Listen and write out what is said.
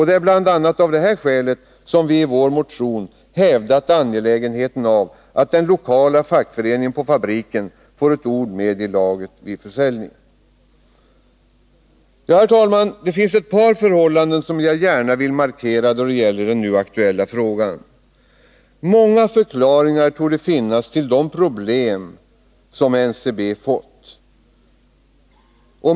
Det är bl.a. av detta skäl som vi i vår motion hävdat angelägenheten av att den lokala fackföreningen på fabriken får ett ord med i laget vid försäljningen. Fru talman! Det finns ett par förhållanden som jag gärna vill markera då det gäller den nu aktuella frågan. Många förklaringar torde finnas till de problem som NCB fått.